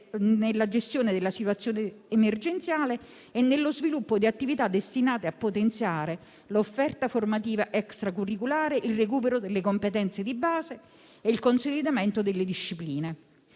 nella gestione della situazione emergenziale e nello sviluppo di attività destinate a potenziare l'offerta formativa extracurriculare, il recupero delle competenze di base e il consolidamento delle discipline.